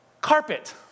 carpet